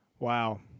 Wow